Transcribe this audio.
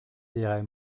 dirai